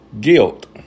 Guilt